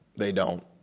they don't.